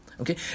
Okay